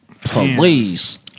Police